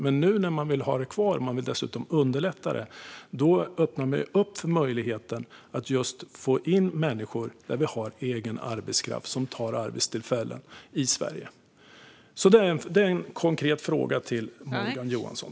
Men nu när man vill ha det kvar och dessutom underlätta det öppnar man möjligheten att där vi har egen arbetskraft få in människor som tar arbetstillfällen i Sverige. Detta är en konkret fråga till Morgan Johansson.